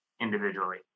individually